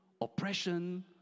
oppression